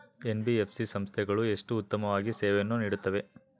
NBFC ಸಂಸ್ಥೆಗಳು ಎಷ್ಟು ಉತ್ತಮವಾಗಿ ಸೇವೆಯನ್ನು ನೇಡುತ್ತವೆ?